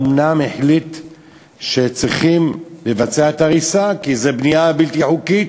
בית-המשפט אומנם החליט שצריכים לבצע את ההריסה כי זו בנייה בלתי חוקית.